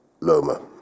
Loma